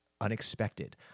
unexpected